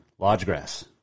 Lodgegrass